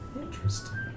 Interesting